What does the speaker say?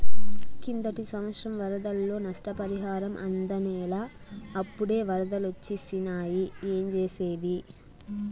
కిందటి సంవత్సరం వరదల్లో నష్టపరిహారం అందనేలా, అప్పుడే ఒరదలొచ్చేసినాయి ఏంజేసేది